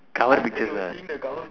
cover pictures ah